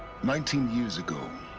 nineteen years ago.